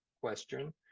question